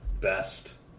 best